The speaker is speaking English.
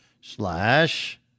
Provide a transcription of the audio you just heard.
slash